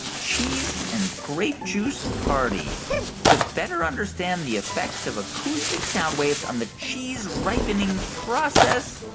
cheese and grape juice party to better understand the effects of acoustic sound waves on the cheese-ripening process.